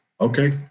okay